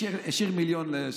השאיר מיליון.